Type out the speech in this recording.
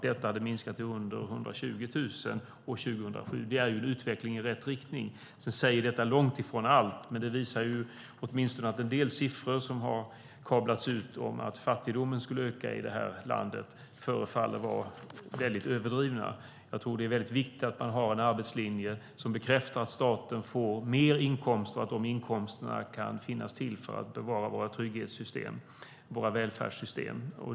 Det hade sjunkit till under 120 000 år 2007. Det är en utveckling i rätt riktning. Det säger långtifrån allt, men det visar att en del siffror som kablats ut om att fattigdomen ökar i det här landet förefaller vara väldigt överdrivna. Det är viktigt att ha en arbetslinje som bekräftar att staten får mer inkomster och att de inkomsterna kan finnas för att bevara våra trygghetssystem och välfärdssystem.